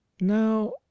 now